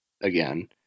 again